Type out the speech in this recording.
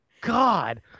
God